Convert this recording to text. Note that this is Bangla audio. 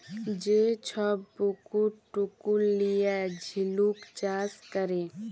যে ছব পুকুর টুকুর লিঁয়ে ঝিলুক চাষ ক্যরে